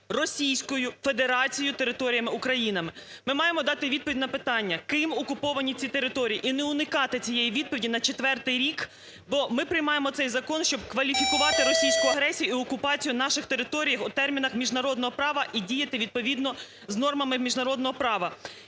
Російською Федерацією територіями України. Ми маємо дати відповідь на питання ким окуповані ці території. І не уникати цієї відповіді на четвертий рік. Бо ми приймаємо цей закон, щоб кваліфікувати російську агресію і окупацію наших територій в термінах міжнародного права і діяти відповідно з нормами міжнародного права.